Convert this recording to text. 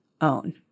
own